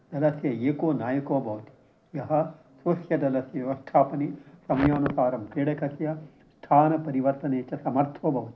दलस्य एको नायको भवति यः स्वस्य दलस्य व्यवस्थापने समयानुसारं क्रीडकस्य स्थानपरिवर्तने च समर्थो भवति